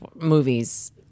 movies